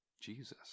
Jesus